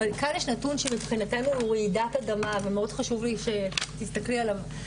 אבל כאן יש נתון שמבחינתנו הוא רעידת אדמה ומאוד חשוב לי שתסתכלי עליו,